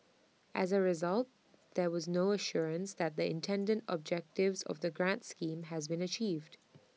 as A result there was no assurance that the intended objectives of the grant schemes has been achieved